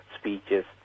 speeches